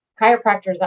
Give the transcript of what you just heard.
chiropractors